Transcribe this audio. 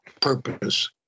purpose